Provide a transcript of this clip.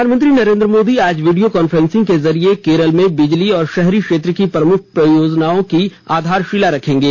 प्रधानमंत्री नरेंद्र मोदी आज video conferencing के जरिए केरल में बिजली और शहरी क्षेत्र की प्रमुख परियोजनाओं की आधारशिला रखेंगे